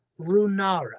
Runara